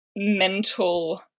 mental